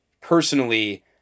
personally